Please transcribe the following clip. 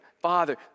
Father